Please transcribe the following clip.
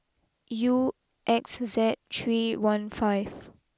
U X Z three one five